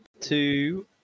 two